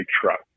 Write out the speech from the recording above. truck